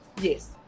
Yes